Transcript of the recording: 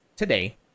Today